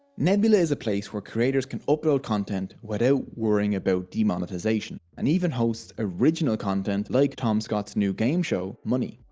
nebula is a place where creators can upload content without worrying about demonetisation and even hosts original content such like tom scott's new game show money.